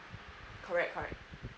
correct correct